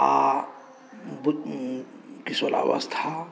आ किशोरावस्था